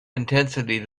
intensity